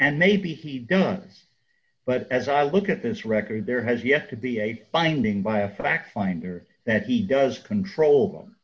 and maybe he'd done but as i look at this record there has yet to be a finding by a fact finder that he does control them